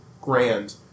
grand